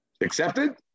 accepted